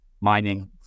Mining